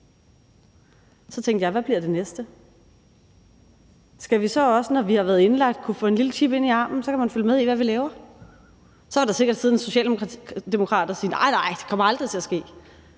tænkte jeg: Hvad bliver det næste? Skal vi så også, når vi har været indlagt, kunne få en lille chip ind i armen, så man kan følge med i, hvad vi laver? Så vil der sikkert sidde en socialdemokrat og sige: Nej, nej, det kommer aldrig til at ske.